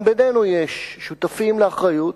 גם בינינו יש שותפים לאחריות,